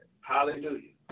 Hallelujah